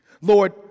Lord